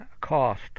cost